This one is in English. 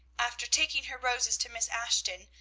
after taking her roses to miss ashton,